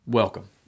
Welcome